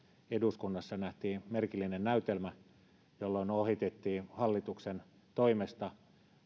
eduskunnassa nähtiin merkillinen näytelmä silloin ohitettiin hallituksen toimesta